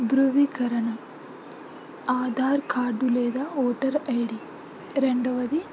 ధృవీకరణం Aadhaar card లేదా voter I D రెండవది